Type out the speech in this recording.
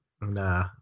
Nah